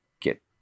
get